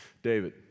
David